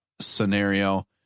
scenario